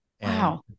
Wow